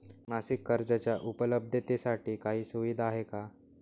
मासिक कर्जाच्या उपलब्धतेसाठी काही सुविधा आहे का?